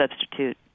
substitute